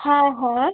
হ্যাঁ হ্যাঁ